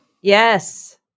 Yes